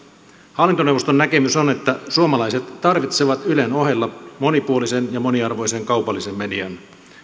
hallintoneuvoston näkemys on että suomalaiset tarvitsevat ylen ohella monipuolisen ja moniarvoisen kaupallisen median